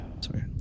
sorry